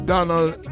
Donald